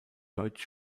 deutsch